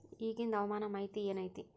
ಇಗಿಂದ್ ಹವಾಮಾನ ಮಾಹಿತಿ ಏನು ಐತಿ?